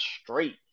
straight